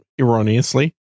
erroneously